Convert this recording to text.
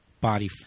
body